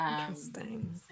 Interesting